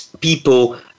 people